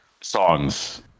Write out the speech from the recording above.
songs